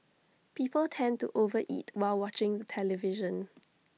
people tend to over eat while watching the television